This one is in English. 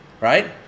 right